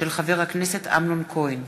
של חבר הכנסת אמנון כהן.